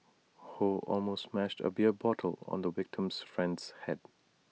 ho almost smashed A beer bottle on the victim's friend's Head